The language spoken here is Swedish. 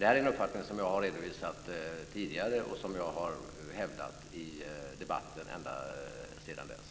Det här är en uppfattning som jag har redovisat tidigare och som jag har hävdat i debatten ända sedan dess.